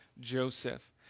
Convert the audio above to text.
Joseph